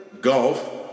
golf